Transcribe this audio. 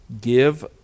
give